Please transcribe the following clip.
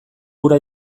hura